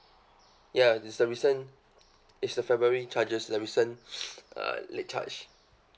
ya it's the recent it's the february charges the recent uh late charge